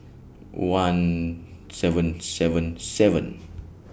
one seven seven seven